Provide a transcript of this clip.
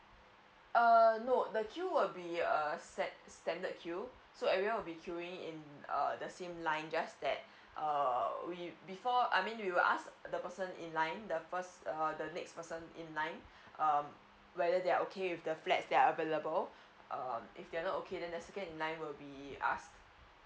err no the queue will be a set standard queue so everyone will be queuing in err the same line just that err we before I mean we will ask the person in line the first err the next person in line um whether they're okay with the flats that are available um if they are not okay then the second in line will be asked